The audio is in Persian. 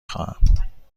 خواهم